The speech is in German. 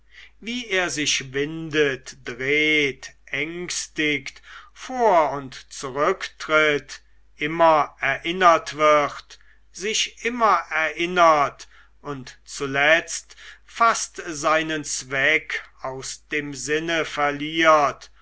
wie er sich windet dreht ängstigt vor und zurücktritt immer erinnert wird sich immer erinnert und zuletzt fast seinen zweck aus dem sinne verliert